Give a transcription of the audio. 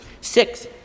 Six